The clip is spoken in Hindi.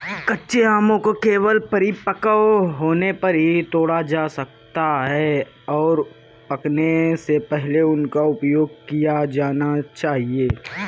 कच्चे आमों को केवल परिपक्व होने पर ही तोड़ा जाता है, और पकने से पहले उनका उपयोग किया जाना चाहिए